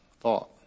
thought